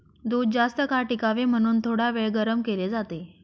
दूध जास्तकाळ टिकावे म्हणून थोडावेळ गरम केले जाते